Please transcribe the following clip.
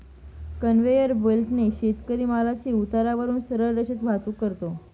conveyor बेल्टने शेतकरी मालाची उतारावरून सरळ रेषेत वाहतूक करतो